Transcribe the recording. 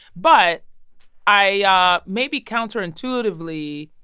but i ah maybe counterintuitively,